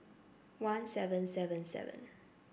one seven seven seven